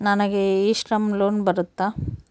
ನನಗೆ e Shram loan ಬರುತ್ತಾ?